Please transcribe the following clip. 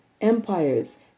empires